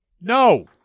No